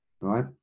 right